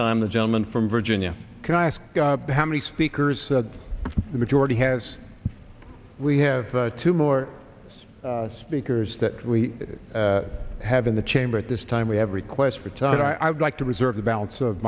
time the gentleman from virginia can i ask how many speakers the majority has we have two more us speakers that we have in the chamber at this time we have requests for todd i would like to reserve the balance of